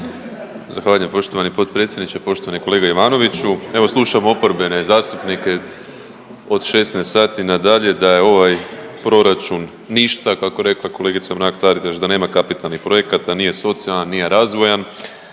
Zahvaljujem poštovani potpredsjedniče. Poštovani kolega Ivanoviću, evo slušam oporbene zastupnike od 16 sati nadalje da je ovaj proračun ništa, kako je rekla kolegica Mrak-Taritaš da nema kapitalnih projekata, nije socijalan, nije razvojan,